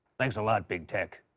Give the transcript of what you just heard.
thanks a lot big tech.